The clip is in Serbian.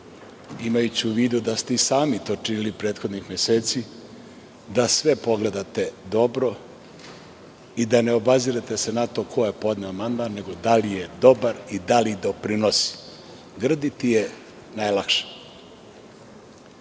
imajući u vidu da ste i sami to činili prethodnih meseci, da sve pogledate dobro i da se ne obazirete na to ko je podneo amandman, nego da li je dobar i da li doprinosi. Grditi je najlakše. Bespravna